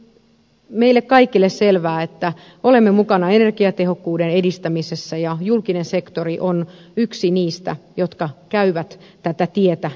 on meille kaikille selvää että olemme mukana energiatehokkuuden edistämisessä ja julkinen sektori on yksi niistä jotka käyvät tätä tietä edellä